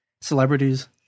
celebrities